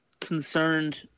concerned